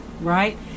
Right